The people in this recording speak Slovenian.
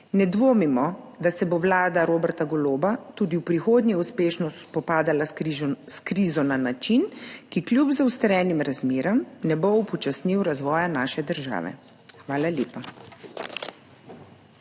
Ne dvomimo, da se bo vlada Roberta Goloba tudi v prihodnje uspešno spopadala s krizo na način, ki kljub zaostrenim razmeram ne bo upočasnil razvoja naše države. Hvala lepa.